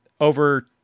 over